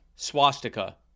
Swastika